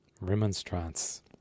Remonstrance